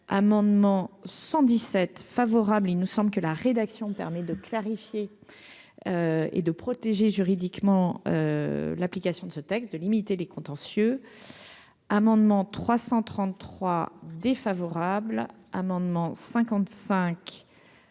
amendement 117 favorable, il nous semble que la rédaction permet de clarifier et de protéger juridiquement l'application de ce texte, de limiter les contentieux, amendement 333 défavorable, amendement 55 défavorable,